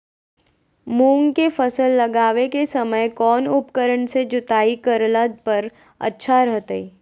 मूंग के फसल लगावे के समय कौन उपकरण से जुताई करला पर अच्छा रहतय?